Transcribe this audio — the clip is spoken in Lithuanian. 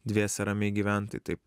dviese ramiai gyvent tai taip